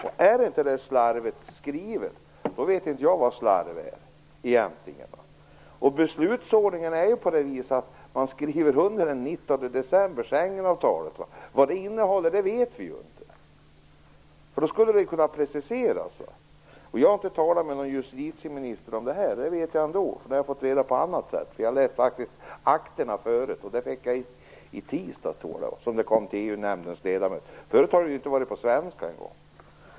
Om inte det är slarvigt skrivet vet inte jag vad slarv är! Beslutsordningen är den att man den 19 december skriver under Schengenavtalet. Vad det innehåller vet vi inte - då skulle det kunna preciseras. Jag har inte talat med någon justitieminister om detta, utan det vet jag ändå. Det har jag fått veta på annat sätt. Jag läste faktiskt akterna förut. Jag tror att det var i tisdags som de kom till EU-nämndens ledamöter. Förut fanns de inte på svenska.